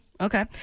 Okay